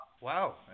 Wow